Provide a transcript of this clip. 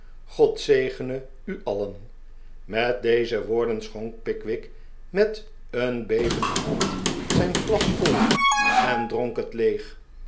god zegene u alien met deze woorden schonk pickwick met een bevende hand zijn glas vol en dronk het leeg